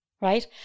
right